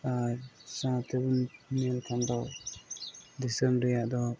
ᱟᱨ ᱥᱟᱶᱛᱮ ᱩᱱ ᱱᱤᱭᱟᱹ ᱪᱟᱸᱫᱚ ᱫᱤᱥᱚᱢ ᱨᱮᱭᱟᱜ ᱫᱚ